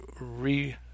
re